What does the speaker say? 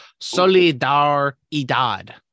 solidaridad